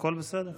הכול בסדר.